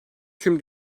tüm